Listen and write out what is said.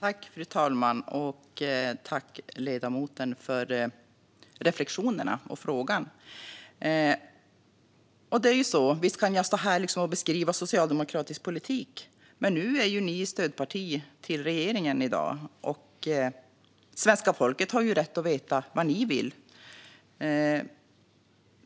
Fru talman! Tack, ledamoten, för reflektionerna och frågan! Visst kan jag stå här och beskriva socialdemokratisk politik, men i dag är det ni som är stödparti till regeringen, och svenska folket har rätt att veta vad ni vill.